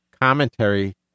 commentary